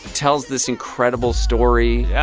tells this incredible story. yeah,